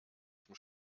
zum